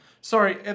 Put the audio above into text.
Sorry